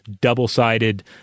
double-sided